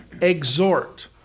exhort